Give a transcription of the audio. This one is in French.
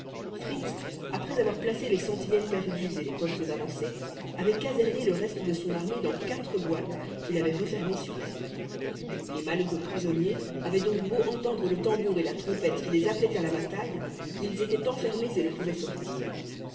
fritz après avoir placé les sentinelles perdues et les postes avancés avait caserné le reste de son armée dans quatre boîtes qu'il avait refermées sur elle les malheureux prisonniers avaient donc beau entendre le tambour et la trompette qui les appelaient à la bataille ils étaient enfermés et ne pouvaient sortir